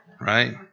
Right